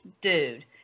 dude